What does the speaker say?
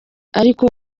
ariko